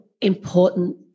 important